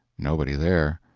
nobody there.